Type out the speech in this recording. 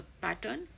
pattern